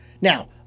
Now